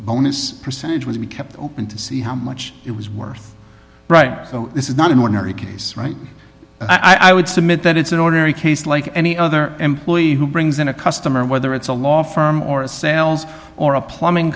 bonus percentage was we kept open to see how much it was worth right so this is not an ordinary keys right i would submit that it's an ordinary case like any other employee who brings in a customer whether it's a law firm or a sales or a plumbing